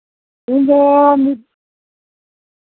ᱤᱧᱫᱚ ᱢᱤᱫ